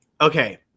Okay